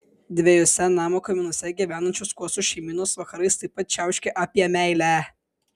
dviejuose namo kaminuose gyvenančios kuosų šeimynos vakarais taip pat čiauška apie meilę